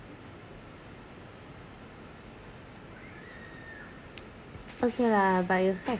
okay lah but you have